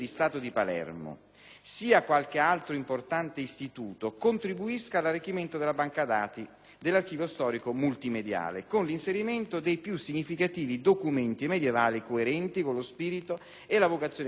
sia qualche altro importante istituto, contribuisca all'arricchimento della banca dati dell'Archivio storico multimediale con l'inserimento dei più significativi documenti medievali coerenti con lo spirito e la vocazione mediterranea del progetto;